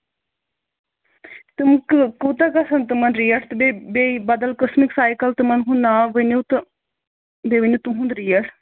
تِم کہٕ کوٗتاہ گژھان تِمَن ریٹ تہٕ بیٚیہِ بیٚیہِ بدل قٕسمٕکۍ سایکل تِمن ہُنٛد ناو ؤنِو تہٕ بیٚیہِ ؤنِو تُہُنٛد ریٹ